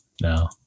no